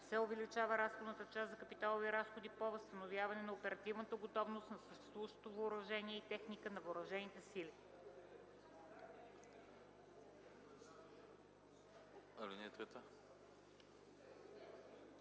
се увеличава разходната част за капиталови разходи по възстановяване на оперативната готовност на съществуващото въоръжение и техника, на въоръжените сили.”